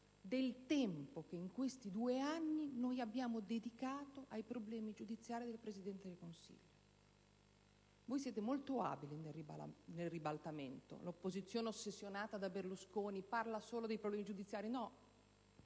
del tempo che in questi due anni abbiamo dedicato ai problemi giudiziari del Presidente del Consiglio. Voi siete molto abili nel fare questo ribaltamento: l'opposizione, ossessionata da Berlusconi, parla solo dei problemi giudiziari. No,